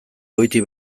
goitik